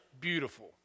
beautiful